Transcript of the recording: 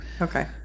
Okay